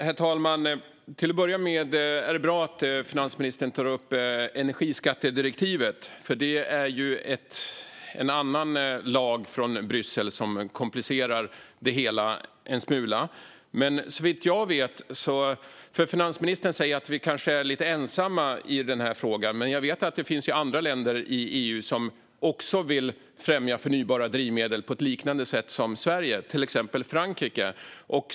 Herr talman! Det är bra att finansministern tar upp energiskattedirektivet, en annan lag från Bryssel som komplicerar det hela en smula. Finansministern säger att vi kanske är lite ensamma i den här frågan. Men jag vet att det finns andra länder i EU som vill främja förnybara drivmedel på ett liknande sätt som Sverige, till exempel Frankrike.